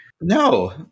No